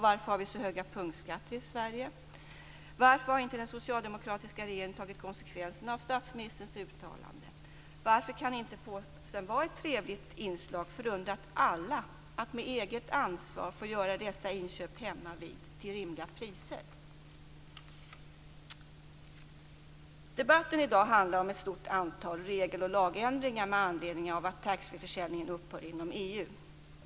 Varför har vi så höga punktskatter i Sverige? Varför har inte den socialdemokratiska regeringen tagit konsekvenserna av statsministerns uttalande? Varför kan inte påsen vara ett trevligt inslag förunnat alla, så att man med eget ansvar kan få göra dessa inköp hemmavid till rimliga priser? Debatten i dag handlar om ett stort antal regeloch lagändringar med anledning av att taxfreeförsäljningen upphör inom EU.